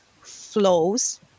flows